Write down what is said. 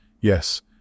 Yes